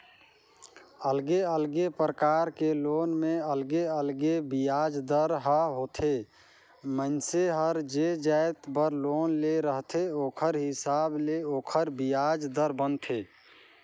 अलगे अलगे परकार के लोन में अलगे अलगे बियाज दर ह होथे, मइनसे हर जे जाएत बर लोन ले रहथे ओखर हिसाब ले ओखर बियाज दर बनथे